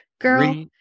Girl